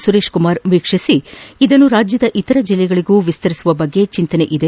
ಸುರೇಶ್ ಕುಮಾರ್ ವೀಕ್ಷಿಸಿ ಇದನ್ನು ರಾಜ್ಯದ ಇತರ ಜಿಲ್ಲೆಗಳಗೂ ವಿಸ್ತರಣೆ ಮಾಡುವ ಚಂತನೆ ಇದೆ